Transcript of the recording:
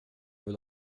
vill